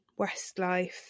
Westlife